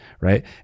right